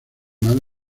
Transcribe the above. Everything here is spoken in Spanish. mal